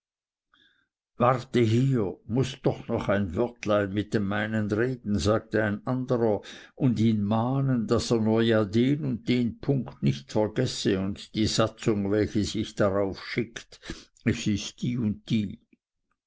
warte hier muß doch noch ein wörtlein mit dem meinen reden sagte ein anderer und ihn mahnen daß er nur ja den und den punkt nicht vergesse und die satzung welche darauf sich schickt es ist die und die